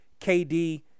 KD